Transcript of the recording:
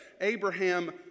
Abraham